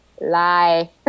Lie